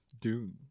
Dune